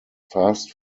fast